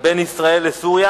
בין ישראל לבין